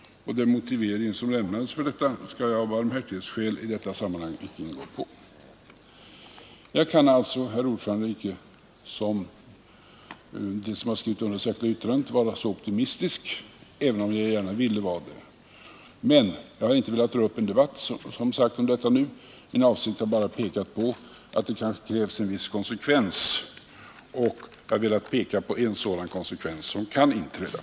Den motivering som lämnades för denna ståndpunkt skall jag av barmhärtighetsskäl icke ingå på. Jag kan alltså, fru talman, icke vara så optimistisk som de som har skrivit under det särskilda yttrandet, även om jag gärna skulle vilja vara det. Men jag har som sagt inte velat dra upp en debatt om detta nu, utan min avsikt har bara varit att peka på att det kanske krävs en viss konsekvens, och jag har därvid velat peka på en sådan konsekvens som kan inträffa.